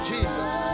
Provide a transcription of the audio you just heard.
Jesus